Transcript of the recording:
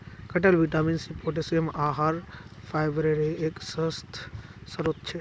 कटहल vitamin C, potassium, आहार फाइबरेर एक स्वस्थ स्रोत छे